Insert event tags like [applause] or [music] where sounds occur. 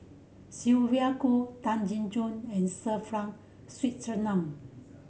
Sylvia Kho Tan Jin [unintelligible] and Sir Frank Swettenham